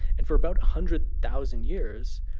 and, for about a hundred thousand years,